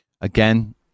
Again